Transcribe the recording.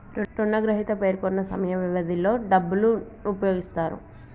రుణగ్రహీత పేర్కొన్న సమయ వ్యవధిలో డబ్బును ఉపయోగిస్తాడు